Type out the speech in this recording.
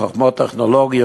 חממות טכנולוגיות,